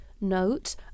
Note